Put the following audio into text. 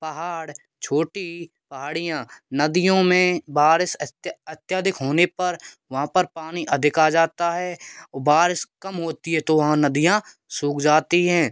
पहाड़ छोटी पहाड़ियाँ नदियों में बारिश अत्य अत्यधिक होने पर वहाँ पर पानी अधिक आ जाता है और बारिश कम होती है तो वहाँ नदियाँ सूख जाती हैं